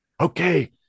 Okay